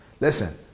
Listen